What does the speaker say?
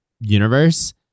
universe